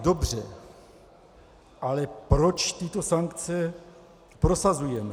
Dobře, ale proč tyto sankce prosazujeme?